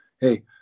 hey